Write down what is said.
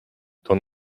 ton